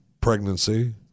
pregnancy